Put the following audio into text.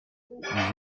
vous